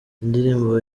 indirimbo